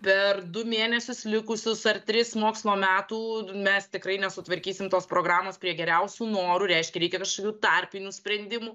per du mėnesius likusius ar tris mokslo metų mes tikrai nesutvarkysim tos programos prie geriausių norų reiškia reikia kažkokių tarpinių sprendimų